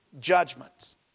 judgments